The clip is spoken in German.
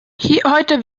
heute